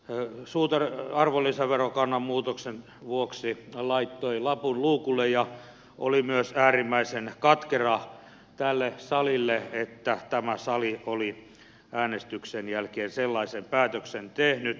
joensuu tämän arvonlisäverokannan muutoksen vuoksi laittoi lapun luukulle ja oli myös äärimmäisen katkera tälle salille että tämä sali oli äänestyksen jälkeen sellaisen päätöksen tehnyt